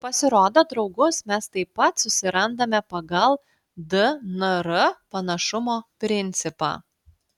pasirodo draugus mes taip pat susirandame pagal dnr panašumo principą